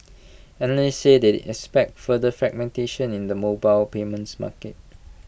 analysts said they expect further fragmentation in the mobile payments market